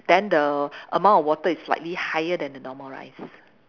then the amount of water is slightly higher than the normal rice